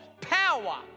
power